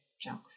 junk